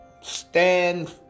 stand